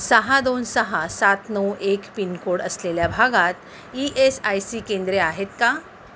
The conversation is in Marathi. सहा दोन सहा सात नऊ एक पिनकोड असलेल्या भागात ई एस आय सी केंद्रे आहेत का